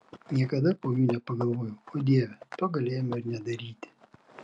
niekada po jų nepagalvoju o dieve to galėjome ir nedaryti